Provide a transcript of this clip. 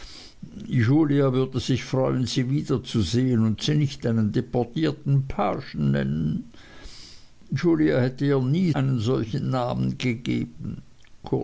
julia würde sich freuen sie wiederzusehen und sie nicht einen deportierten pagen nennen julia hätte ihr nie einen solchen namen gegeben